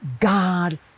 God